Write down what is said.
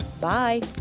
Bye